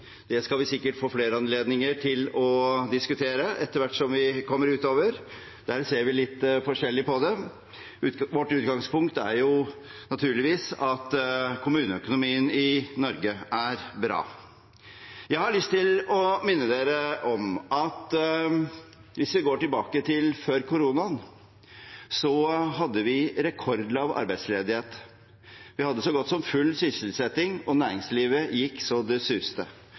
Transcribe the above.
det skal vi sikkert få flere anledninger til å diskutere etter hvert som vi kommer utover. Der ser vi litt forskjellig på det. Vårt utgangspunkt er naturligvis at kommuneøkonomien i Norge er bra. Jeg har lyst til å minne om at hvis vi går tilbake til før koronaen, hadde vi en rekordlav arbeidsledighet. Vi hadde så godt som full sysselsetting, og næringslivet gikk så det suste